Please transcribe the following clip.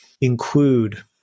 include